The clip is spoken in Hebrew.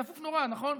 צפוף נורא, נכון?